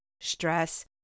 stress